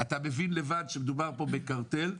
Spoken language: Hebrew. אתה מבין לבד שמדובר פה בקרטל.